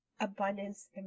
abundance